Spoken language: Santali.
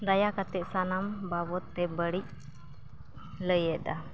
ᱫᱟᱭᱟ ᱠᱟᱛᱮᱫ ᱥᱟᱱᱟᱢ ᱵᱟᱵᱚᱫᱛᱮ ᱵᱟᱹᱲᱤᱡᱽ ᱞᱟᱹᱭᱮᱫᱟ